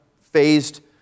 phased